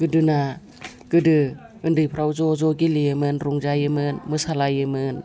गोदोना गोदो उन्दैफ्राव ज'ज' गेलेयोमोन रंजायोमोन मोसालायोमोन